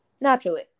naturally